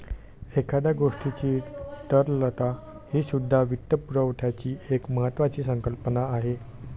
एखाद्या गोष्टीची तरलता हीसुद्धा वित्तपुरवठ्याची एक महत्त्वाची संकल्पना आहे